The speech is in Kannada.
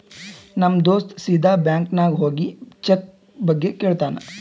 ನಮ್ ದೋಸ್ತ ಸೀದಾ ಬ್ಯಾಂಕ್ ನಾಗ್ ಹೋಗಿ ಚೆಕ್ ಬಗ್ಗೆ ಕೇಳ್ತಾನ್